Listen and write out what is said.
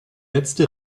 letzte